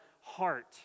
heart